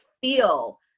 feel